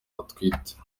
atwite